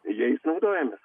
jais naudojamės